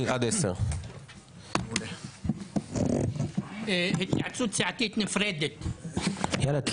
עד 10:00. (הישיבה נפסקה בשעה 09:56 ונתחדשה